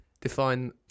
Define